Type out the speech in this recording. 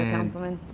and councilman.